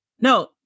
No